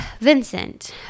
Vincent